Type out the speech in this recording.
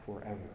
forever